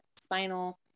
spinal